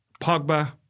Pogba